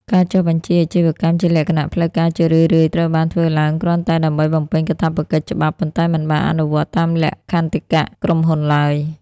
ការចុះបញ្ជីអាជីវកម្មជាលក្ខណៈផ្លូវការជារឿយៗត្រូវបានធ្វើឡើងគ្រាន់តែដើម្បីបំពេញកាតព្វកិច្ចច្បាប់ ប៉ុន្តែមិនបានអនុវត្តតាមលក្ខន្តិកៈក្រុមហ៊ុនឡើយ។